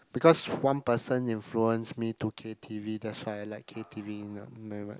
because one person influence me to K_t_v that's why I like K_t_v n~ very much